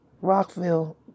Rockville